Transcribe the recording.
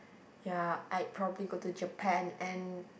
ya I'd probably go to Japan and